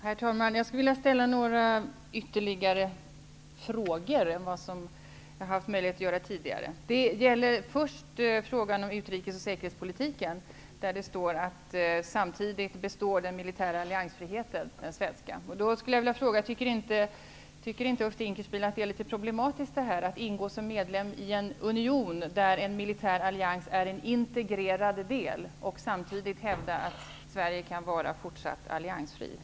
Herr talman! Jag skulle vilja ställa ytterligare några frågor utöver dem jag har haft möjlighet att ställa tidigare. Min första fråga gäller utrikes och säkerhetspolitiken. Statsrådet sade att den svenska militära alliansfriheten alltjämt skall bestå. Tycker inte Ulf Dinkelspiel att det är litet problematiskt att ingå som medlem i en union där en militär allians är en integrerad del samtidigt som man hävdar att Sverige kan fortsätta att vara alliansfritt?